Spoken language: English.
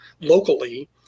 locally